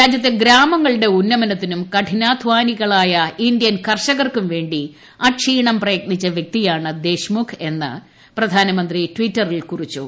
രാജ്യത്തെ ഗ്രാമങ്ങളുടെ ഉന്നമനത്തിനും കഠിനാധാനികളായ് ഇന്ത്യൻ കർഷകർക്കും വേണ്ടി അക്ഷീണം പ്രയത്നിച്ച വ്യക്തിയാണ് ദേശ് മുഖ് എന്ന് പ്രധാനമന്ത്രി ട്വിറ്ററിൽ കുറിച്ചു